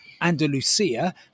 Andalusia